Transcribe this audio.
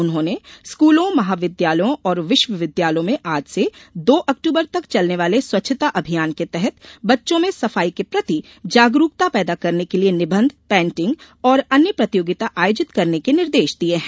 उन्होंने स्कूलोंमहाविद्यालयों और विश्वविद्यालयों में आज से दो अक्टूबर तक चलने वाले स्वच्छता अभियान के तहत बच्चों में सफाई के प्रति जागरूकता पैदा करने लिये निबंध पेंटिंग और अन्य प्रतियोगिता आयोजित करने के निर्देश दिये है